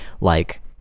like-